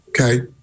Okay